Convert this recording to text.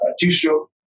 two-stroke